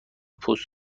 پست